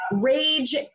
rage